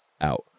out